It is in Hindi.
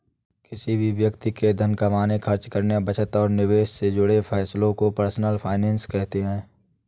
किसी भी व्यक्ति के धन कमाने, खर्च करने, बचत और निवेश से जुड़े फैसलों को पर्सनल फाइनैन्स कहते हैं